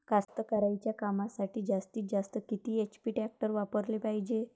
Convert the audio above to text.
कास्तकारीच्या कामासाठी जास्तीत जास्त किती एच.पी टॅक्टर वापराले पायजे?